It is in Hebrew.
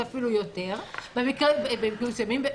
אפילו יותר, במקרים מסוימים.